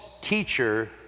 teacher